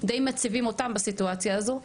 די מציבים אותם בסיטואציה הזאת,